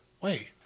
Wait